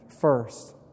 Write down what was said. First